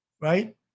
right